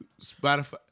Spotify